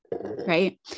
right